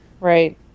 right